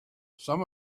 some